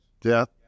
Death